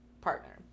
Partner